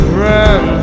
run